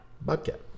Bobcat